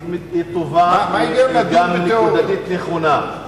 היא טובה וגם נקודתית נכונה,